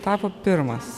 tapo pirmas